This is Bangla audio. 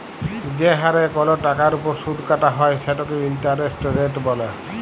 যে হারে কল টাকার উপর সুদ কাটা হ্যয় সেটকে ইলটারেস্ট রেট ব্যলে